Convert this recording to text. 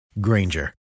Granger